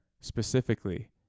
specifically